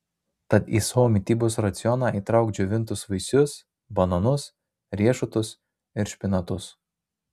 tad į savo mitybos racioną įtrauk džiovintus vaisius bananus riešutus ir špinatus